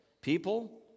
People